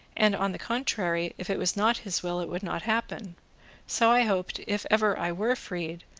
and, on the contrary, if it was not his will it would not happen so i hoped, if ever i were freed,